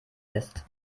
lässt